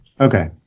Okay